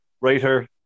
writer